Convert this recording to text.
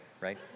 right